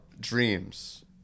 dreams